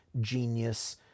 genius